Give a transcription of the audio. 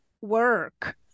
work